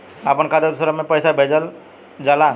अपना खाता से दूसरा में पैसा कईसे भेजल जाला?